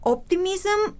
Optimism